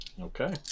Okay